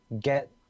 get